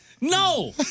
No